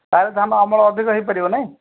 ତାହାଲେ ଧାନ ଅମଳ ଅଧିକ ହୋଇପାରିବ ନାଇଁ